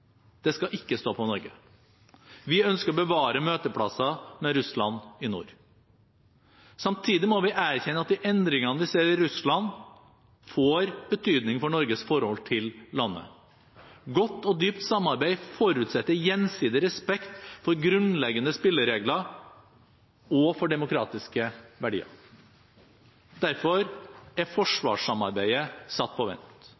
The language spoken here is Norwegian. Det skal ikke stå på Norge. Vi ønsker å bevare møteplasser med Russland i nord. Samtidig må vi erkjenne at de endringene vi ser i Russland, får betydning for Norges forhold til landet. Godt og dypt samarbeid forutsetter gjensidig respekt for grunnleggende spilleregler og for demokratiske verdier. Derfor er forsvarssamarbeidet satt på vent.